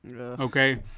okay